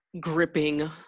gripping